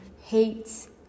hates